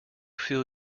feel